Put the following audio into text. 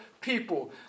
people